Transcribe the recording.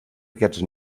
aquests